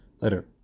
Later